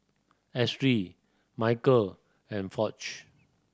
Ashly Micheal and Foch